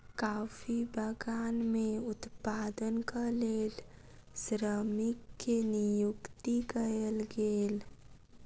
coffee बगान में उत्पादनक लेल श्रमिक के नियुक्ति कयल गेल